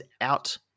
out